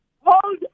Hold